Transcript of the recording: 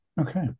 Okay